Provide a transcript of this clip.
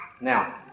Now